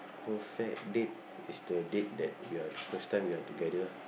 perfect date is the date that we are the first time we are together